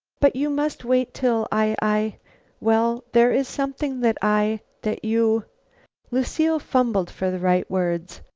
but you must wait till i i well, there is something that i that you lucile fumbled for the right words.